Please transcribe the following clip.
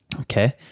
okay